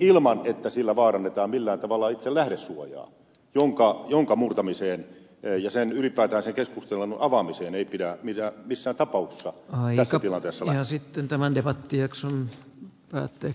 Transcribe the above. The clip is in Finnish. ilman että sillä vaarannetaan millään tavalla itse lähdesuojaa jonka murtamiseen ja ylipäätään keskustelun avaamiseen siitä ei pidä mitä missä tapauksissa hoidosta tilatasolla ja missään tapauksessa tässä tilanteessa lähteä